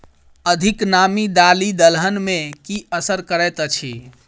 अधिक नामी दालि दलहन मे की असर करैत अछि?